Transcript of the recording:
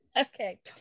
okay